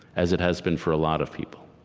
as it has been for a lot of people